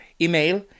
email